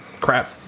crap